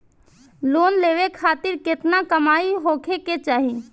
Loan लेवे खातिर केतना कमाई होखे के चाही?